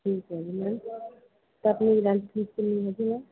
ਠੀਕ ਹੈ ਜੀ ਮੈਮ ਤੁਹਾਡੀ ਰੈਂਟ ਫੀਸ ਕਿੰਨੀ ਹੈਗੀ ਮੈਮ